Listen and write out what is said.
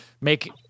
make